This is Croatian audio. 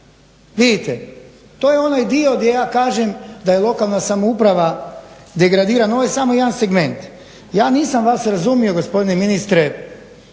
Vidite, to je onaj dio gdje ja kažem da je lokalna samouprava degradirana. Ovo je samo jedan segment. Ja nisam vas razumio gospodine ministre